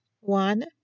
One